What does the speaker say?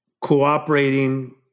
cooperating